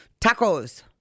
Tacos